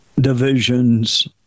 divisions